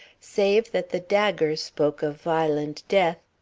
save that the dagger spoke of violent death,